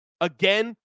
again